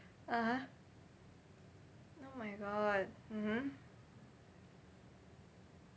(uh huh) oh my god mmhmm